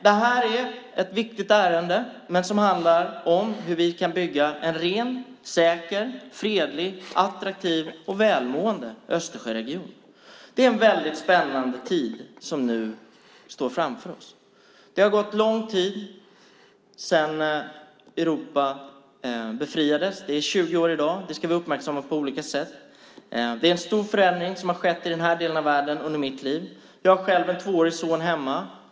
Detta är ett viktigt ärende som handlar om hur vi kan bygga en ren, säker, fredlig, attraktiv och välmående Östersjöregion. Det är en väldigt spännande tid som nu ligger framför oss. Det har gått lång tid sedan Europa befriades - det har gått 20 år i dag, och det ska vi uppmärksamma på olika sätt. Det är en stor förändring som har skett i denna del av världen under mitt liv. Jag har själv en tvåårig son hemma.